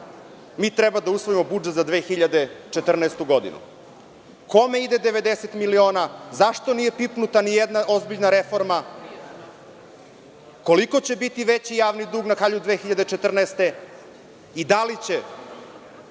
mi treba da usvojimo budžet za 2014. godinu. Kome ide 90 miliona? Zašto nije pipnuta nijedna ozbiljna reforma? Koliko će biti veći javni dug na kraju 2014. godine